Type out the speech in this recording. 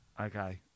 Okay